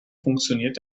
funktioniert